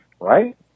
right